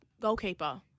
goalkeeper